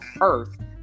earth